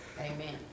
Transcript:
Amen